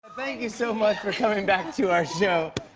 thank you so much for coming back to our show.